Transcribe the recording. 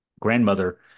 grandmother